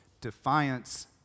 Defiance